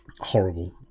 Horrible